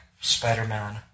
spider-man